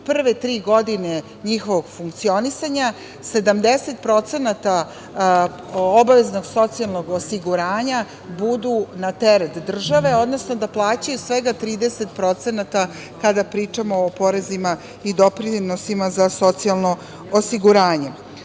prve tri godine njihovog funkcionisanja, 70% obaveznog socijalnog osiguranja budu na teret države, odnosno da plaćaju svega 30% kada pričamo o porezima i doprinosima za socijalno osiguranje. Vrlo